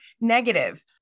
negative